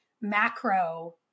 macro